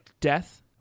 death